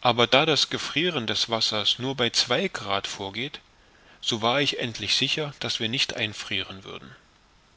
aber da das gefrieren des wassers nur bei zwei grad vorgeht so war ich endlich sicher daß wir nicht einfrieren würden